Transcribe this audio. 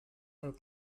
are